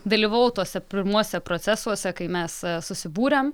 dalyvavau tuose pirmuose procesuose kai mes susibūrėm